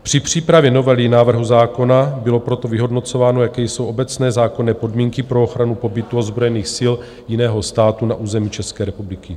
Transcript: Při přípravě novely návrhu zákona bylo proto vyhodnocováno, jaké jsou obecné zákonné podmínky pro ochranu pobytu ozbrojených sil jiného státu na území České republiky.